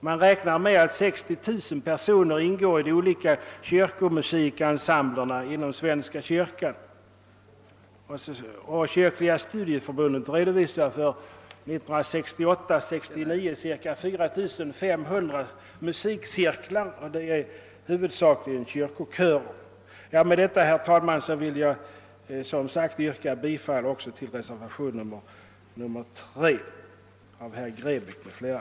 Man räknar med att 60000 personer ingår i de olika kyrkomusikensemblerna inom <Ssvenska kyrkan, och Sveriges kyrkliga studieförbund redovisar för 1968—1969 4 500 musikcirklar, huvudsakligen kyrkokörer. Herr talman! Med det anförda vill jag yrka bifall till reservationen III av herr Grebäck m.fl.